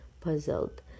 puzzled